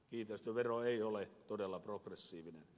kiinteistövero ei ole todella progressiivinen